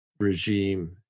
regime